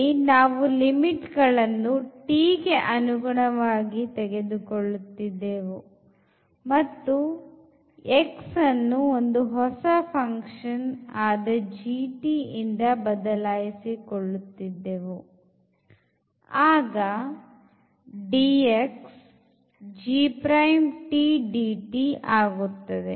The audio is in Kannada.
ಇಲ್ಲಿ ನಾವು ಲಿಮಿಟ್ ಗಳನ್ನು t ಅನುಗುಣವಾಗಿ ತೆಗೆದುಕೊಳ್ಳುತ್ತಿದ್ದೆವು ಮತ್ತು x ಅನ್ನು ಒಂದು ಹೊಸ function ಆದ ಇಂದ ಬದಲಾಯಿಸಿ ಕೊಳ್ಳುತ್ತಿದ್ದೆವು ಆಗ dx ಆಗುತ್ತದೆ